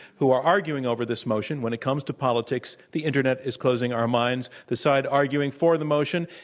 who are arguing over this motion, when it comes to politics, the internet is closing our minds. the side arguing for the motion,